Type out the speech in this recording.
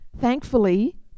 Thankfully